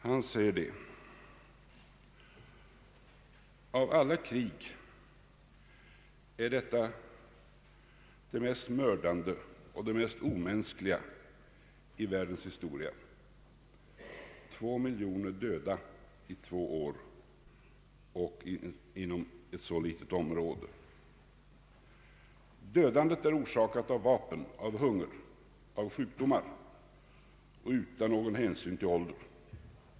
Han säger: »Av alla krig är detta det mest mördande och det mest omänskliga i världens historia: två miljoner döda på två år inom ett så litet område. Döden har orsakats av vapen, av sjukdomar, av hunger och utan någon hänsyn till ålder.